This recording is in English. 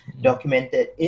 Documented